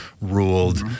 ruled